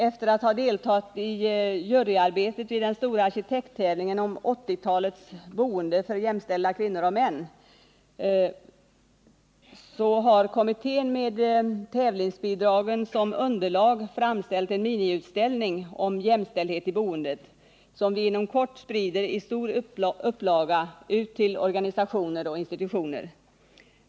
Efter att ha deltagit i juryarbetet vid den stora arkitekttävlingen om 1980-talets boende för jämställda män och kvinnor har kommittén med tävlingsbidragen som underlag framställt en miniutställning om jämställdhet i boendet, som vi inom kort sprider i stor upplaga till organisationer och institutioner.